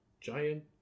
giant